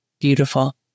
Beautiful